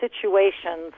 situations